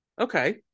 Okay